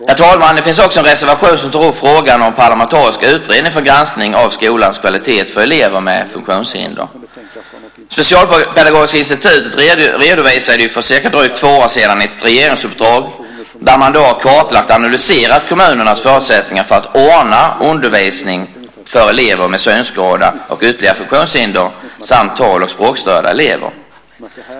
Herr talman! Det finns också en reservation där man tar upp frågan om en parlamentarisk utredning för granskning av skolans kvalitet för elever med funktionshinder. Specialpedagogiska institutet redovisade för drygt två år sedan ett regeringsuppdrag där man hade kartlagt och analyserat kommunernas förutsättningar för att ordna undervisning för elever med synskada och ytterligare funktionshinder samt tal och språkstörda elever.